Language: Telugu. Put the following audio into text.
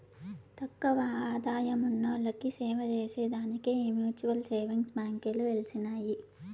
తక్కువ ఆదాయమున్నోల్లకి సేవచేసే దానికే ఈ మ్యూచువల్ సేవింగ్స్ బాంకీలు ఎలిసినాయి